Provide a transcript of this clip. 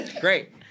Great